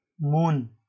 Moon।